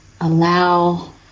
allow